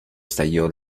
estalló